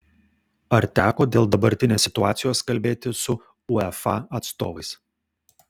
ar teko dėl dabartinės situacijos kalbėtis su uefa atstovais